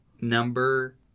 Number